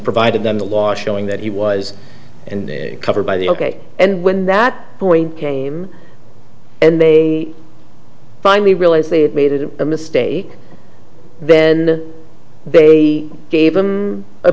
provided them the law showing that he was covered by the ok and when that point came and they finally realized they had made it a mistake then they gave him a